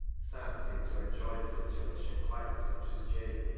sam seemed to enjoy the situation quite as much as jabe,